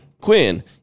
Quinn